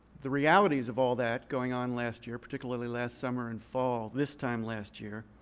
the realities of all that going on last year, particularly last summer and fall, this time last year,